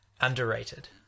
Underrated